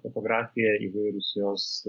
fotografija įvairūs jos